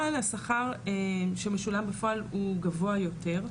אבל השכר שמשולם בפועל הוא גבוה יותר,